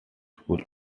schools